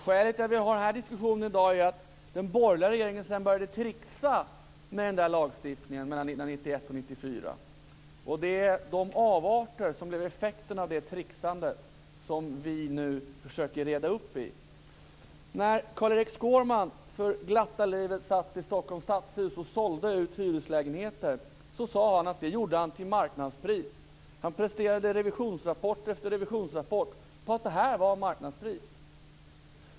Skälet till att vi har den här diskussionen i dag är att den borgerliga regeringen sedan började tricksa med den lagen mellan 1991 och 1994. Det är de avarter som blev effekten av det tricksandet som vi nu försöker reda upp i. När Carl-Erik Skårman i Stockholms stadshus för glatta livet sålde ut hyreslägenheter sade han att han gjorde det till marknadspris. Han presterade revisionrapport efter revisionsrapport på att det var marknadspris.